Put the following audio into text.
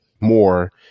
more